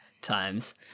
Times